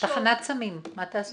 תחנת סמים, אז מה תעשו.